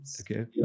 Okay